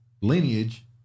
lineage